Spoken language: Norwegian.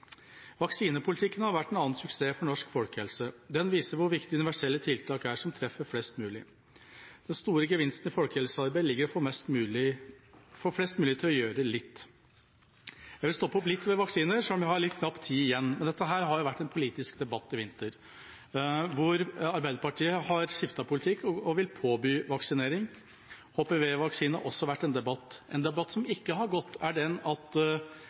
Vaksinepolitikken har vært en annen suksess for norsk folkehelse. Den viser hvor viktig universelle tiltak er, som treffer flest mulig. Den store gevinsten i folkehelsearbeid ligger i å få flest mulig til å gjøre litt. Jeg vil stoppe opp litt ved vaksiner selv om jeg har litt knapt med tid igjen. Det har vært en politisk debatt om det i vinter. Arbeiderpartiet har skiftet politikk og vil påby vaksinering. HPV-vaksine har det også være en debatt om, men en debatt som ikke har gått, er den om at